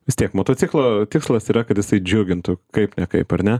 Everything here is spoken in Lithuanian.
vis tiek motociklo tikslas yra kad jisai džiugintų kaip ne kaip ar ne